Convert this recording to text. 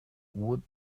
would